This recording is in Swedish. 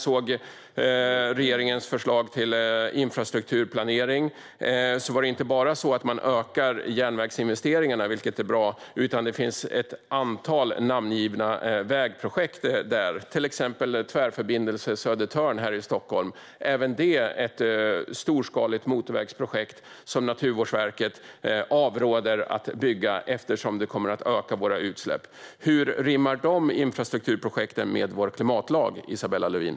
I regeringens förslag till infrastrukturplanering kunde jag se att man ökar järnvägsinvesteringarna, vilket är bra, men det finns också ett antal namngivna vägprojekt, till exempel Tvärförbindelse Södertörn här i Stockholm. Även det är ett storskaligt motorvägsprojekt som Naturvårdsverket avråder från att bygga eftersom det kommer att öka våra utsläpp. Hur rimmar de infrastrukturprojekten med vår klimatlag, Isabella Lövin?